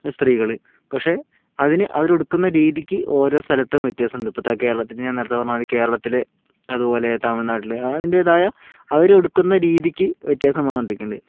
സ്ത്രീകൾ പക്ഷേ അതിന് അവരുടുക്കുന്ന രീതിക്ക് ഓരോ സ്ഥലത്തും വ്യത്യാസമുണ്ട് ഇപ്പോൾ ഇതാ കേരളത്തിൽ ഞാൻ നേരത്തെ പറഞ്ഞതു മാതിരി കേരളത്തിൽ അതുപോലെ തമിഴ്നാട്ടിൽ അതിൻറ്റേതായ അവരുടുക്കുന്ന രീതിക്ക് വ്യത്യാസം വന്നുകൊണ്ടിരിക്കുന്നുണ്ട്